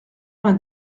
vingt